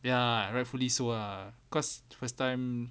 ya rightfully so ah cause first time